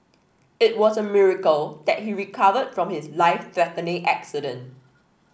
it was a miracle that he recovered from his life threatening accident